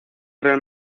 real